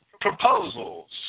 proposals